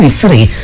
three